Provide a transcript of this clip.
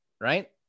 Right